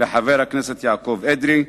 וחבר הכנסת יעקב אדרי.